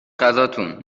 غذاتون